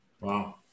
wow